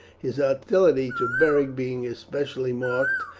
his hostility to beric being especially marked,